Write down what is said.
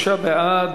23 בעד,